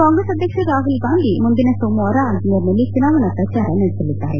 ಕಾಂಗ್ರೆಸ್ ಅಧ್ಯಕ್ಷ ರಾಪುಲ್ ಗಾಂಧಿ ಮುಂದಿನ ಸೋಮವಾರ ಅಜ್ನೇರ್ನಲ್ಲಿ ಚುನಾವಣಾ ಪ್ರಚಾರ ನಡೆಸಲಿದ್ದಾರೆ